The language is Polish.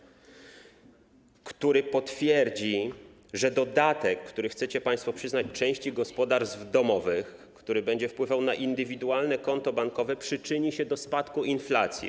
Chodzi o kogoś, kto potwierdzi, że dodatek, który chcecie państwo przyznać części gospodarstw domowych, który będzie wpływał na indywidualne konto bankowe, przyczyni się do spadku inflacji.